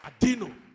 Adino